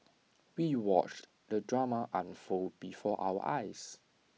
we watched the drama unfold before our eyes